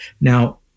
Now